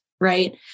right